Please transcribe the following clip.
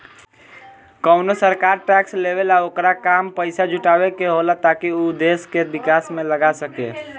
कवनो सरकार टैक्स लेवेला ओकर काम पइसा जुटावे के होला ताकि उ देश के विकास में लगा सके